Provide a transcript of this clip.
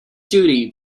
duty